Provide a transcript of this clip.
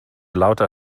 lauter